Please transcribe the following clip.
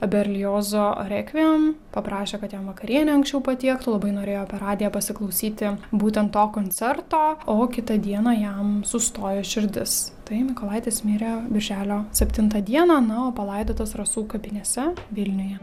berliozo rekviem paprašė kad jam vakarienę anksčiau patiektų labai norėjo per radiją pasiklausyti būtent to koncerto o kitą dieną jam sustojo širdis tai mykolaitis mirė birželio septintą dieną na o palaidotas rasų kapinėse vilniuje